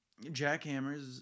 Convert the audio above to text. jackhammers